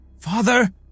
Father